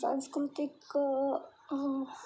સાંસ્કૃતિક